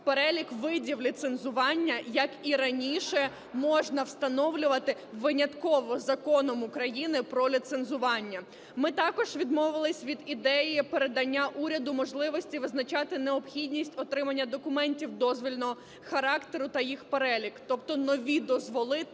Перелік видів ліцензування, як і раніше, можна встановлювати винятково Законом України про ліцензування. Ми також відмовилися від ідеї передання уряду можливості визначати необхідність отримання документів дозвільного характеру та їх перелік, тобто нові дозволи